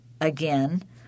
again